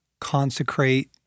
consecrate